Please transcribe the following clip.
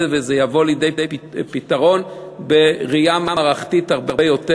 וזה יבוא לידי פתרון בראייה מערכתית הרבה יותר,